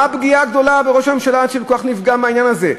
מה הפגיעה הגדולה בראש הממשלה שכל כך נפגע מהעניין הזה?